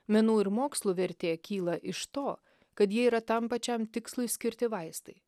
menų ir mokslų vertė kyla iš to kad ji yra tam pačiam tikslui skirti vaistai